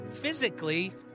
physically